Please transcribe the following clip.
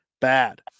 Bad